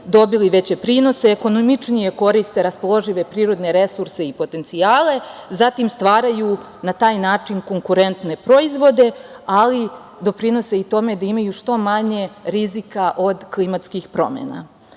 dobili veće prinose. Ekonomičnije koriste raspoložive prirodne resurse i potencijale, zatim stvaraju na taj način konkurentne proizvode, ali doprinose i tome da imaju što manje rizika od klimatskih promena. Ono